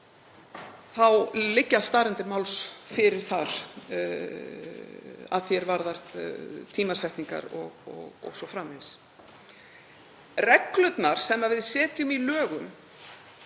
liggja staðreyndir máls fyrir þar að því er varðar tímasetningar o.s.frv. Reglurnar sem við setjum í lögum